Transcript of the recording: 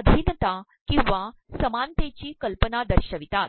अधीनता ककंवा समानतेची कल्पना दशयप्रवतात